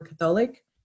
Catholic